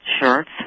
shirts